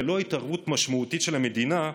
ללא התערבות משמעותית של המדינה,